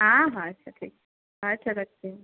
हाँ हाँ अच्छा ठीक अच्छा रखती हूँ